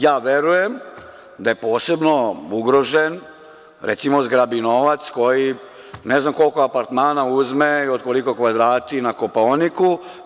Ja verujem da je posebno ugrožen, recimo, zgrabinovac, koji ne znam koliko apartmana uzme, od koliko kvadrati na Kopaoniku.